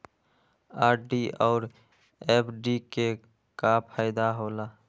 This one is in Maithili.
आर.डी और एफ.डी के का फायदा हौला?